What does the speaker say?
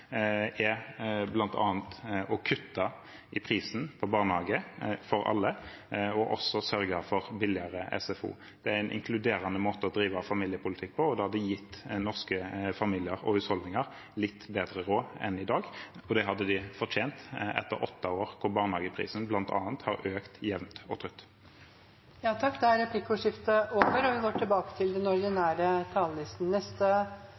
er bl.a. å kutte i prisen på barnehage for alle og også sørge for billigere SFO. Det er en inkluderende måte å drive familiepolitikk på. Da har vi gitt norske familier og husholdninger litt bedre råd enn i dag, for det hadde de fortjent etter åtte år hvor barnehageprisen, bl.a., har økt jevnt og trutt. Replikkordskiftet er over. Perspektivmeldingen er et viktig og